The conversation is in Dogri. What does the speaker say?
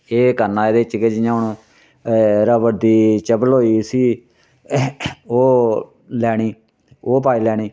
एह् करना एह्दे च गै जियां हून रबड़ा दी चप्पल होई उसी ओह् लैनी ओह् पाई लैनी